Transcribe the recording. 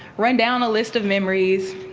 run down a list of memories,